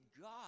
God